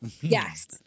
yes